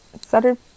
started